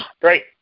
great